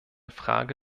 frage